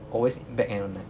always back end [one] eh